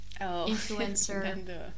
influencer